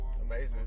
Amazing